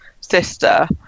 sister